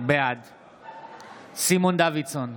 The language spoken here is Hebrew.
בעד סימון דוידסון,